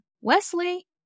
Wesley